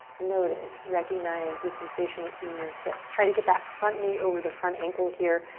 notice, recognize the sensation in your hips. try to get that front knee over the front ankle here.